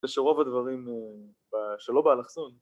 ‫זה שרוב הדברים שלא באלכסון